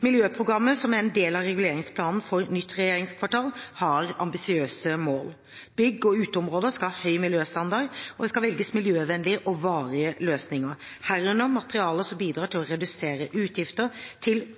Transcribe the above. Miljøprogrammet, som er en del av reguleringsplanen for nytt regjeringskvartal, har ambisiøse mål. Bygg og uteområder skal ha høy miljøstandard, og det skal velges miljøvennlige og varige løsninger, herunder materialer som bidrar til å redusere utgifter til forvaltning, drift, vedlikehold og utvikling. Livsløpperspektivet legges altså til